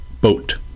boat